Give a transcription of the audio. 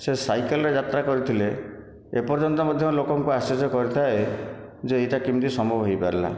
ସେ ସାଇକେଲରେ ଯାତ୍ରା କରୁଥିଲେ ଏପର୍ଯ୍ୟନ୍ତ ମଧ୍ୟ ଲୋକଙ୍କୁ ଆଶ୍ଚର୍ଯ୍ୟ କରିଥାଏ ଯେ ଏଇଟା କେମିତି ସମ୍ଭବ ହୋଇପାରିଲା